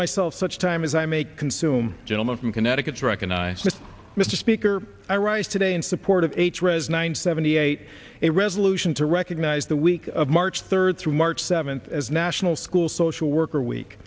myself such time as i may consume gentleman from connecticut to recognize mr mr speaker i rise today in support of h rez nine seventy eight a resolution to recognize the week of march third through march seventh as national school social worker week